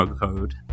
code